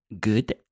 good